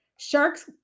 Sharks